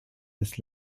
des